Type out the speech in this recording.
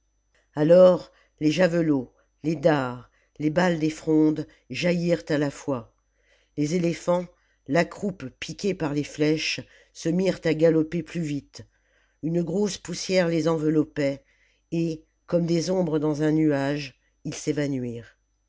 alors les javelots les dards les balles des frondes jaillirent à la fois les éléphants la croupe piquée par les flèches se mirent à galoper plus vite une grosse poussière les enveloppait et comme des ombres dans un nuage ils s'évanouirent